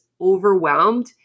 overwhelmed